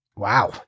wow